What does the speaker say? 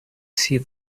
see